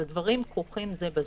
אלה דברים כרוכים זה בזה.